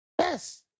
Yes